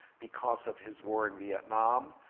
because of his war in vietnam,